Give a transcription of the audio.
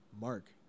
Mark